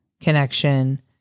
connection